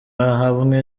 ahamwe